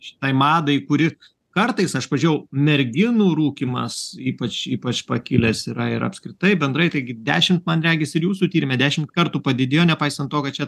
šitai madai kuri kartais aš pažiūrėjau merginų rūkymas ypač ypač pakilęs yra ir apskritai bendrai taigi dešimt man regis ir jūsų tyrime dešimt kartų padidėjo nepaisant to kad čia